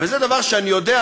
וזה דבר שאני יודע,